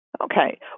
Okay